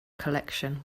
collection